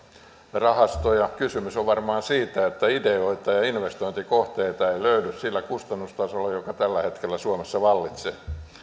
rahastoja kysymys on varmaan siitä että ideoita ja investointikohteita ei löydy sillä kustannustasolla joka tällä hetkellä suomessa vallitsee